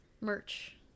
merch